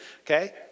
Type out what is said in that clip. Okay